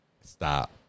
Stop